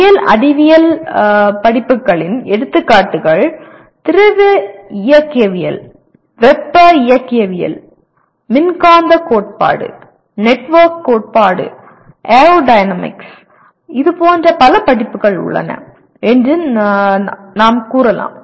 பொறியியல் அறிவியல் படிப்புகளின் எடுத்துக்காட்டுகள் திரவ இயக்கவியல் வெப்ப இயக்கவியல் மின்காந்தக் கோட்பாடு நெட்வொர்க் கோட்பாடு ஏரோடைனமிக்ஸ் இதுபோன்ற பல படிப்புகள் உள்ளன என்று நீங்கள் கூறலாம்